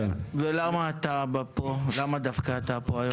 מיכאל מרדכי ביטון (יו"ר ועדת הכלכלה): למה דווקא אתה נמצא פה היום?